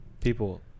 people